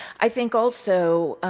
i think also,